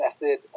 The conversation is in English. method